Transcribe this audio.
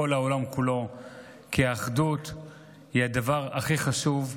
העולם כולו שהאחדות היא הדבר הכי חשוב,